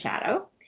Shadow